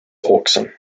oxen